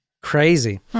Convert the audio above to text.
Crazy